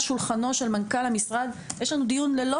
שולחנו של מנכ״ל המשרד ויש לנו דיון על כך,